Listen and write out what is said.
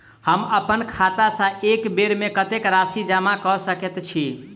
हम अप्पन खाता सँ एक बेर मे कत्तेक राशि जमा कऽ सकैत छी?